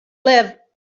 live